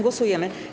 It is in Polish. Głosujemy.